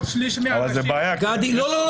גדי, לא.